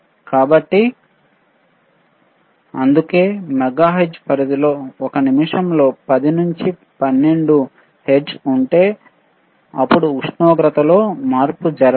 కాబట్టి అందుకే మెగాహెర్ట్జ్ పరిధిలో 1 నిమిషంలో 10 నుండి 12 హెర్ట్జ్ ఉంటే అప్పుడు ఉష్ణోగ్రతలో మార్పు జరగదు